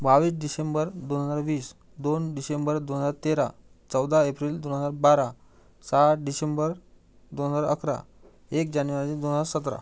बावीस डिसेंबर दोन हजार वीस दोन डिसेंबर दोन हजार तेरा चौदा एप्रिल दोन हजार बारा सहा डिसेंबर दोन हजार अकरा एक जानेवारी दोन हजार सतरा